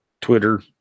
Twitter